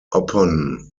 upon